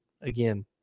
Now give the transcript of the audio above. again